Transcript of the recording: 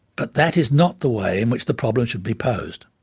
but that is not the way in which the problem should be posed.